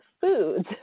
foods